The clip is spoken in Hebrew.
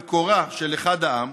במקורה של אחד העם.